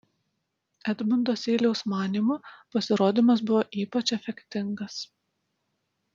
edmundo seiliaus manymu pasirodymas buvo ypač efektingas